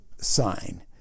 sign